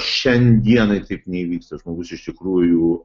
šiandienai taip neįvyksta žmogus iš tikrųjų